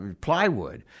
plywood